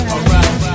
Alright